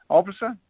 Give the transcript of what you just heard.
officer